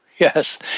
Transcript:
Yes